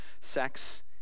Sex